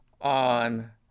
on